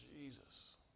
Jesus